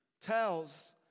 tells